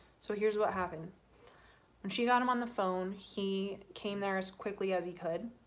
so here's what happened when she got him on the phone he came there as quickly as he could